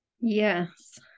Yes